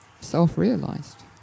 self-realized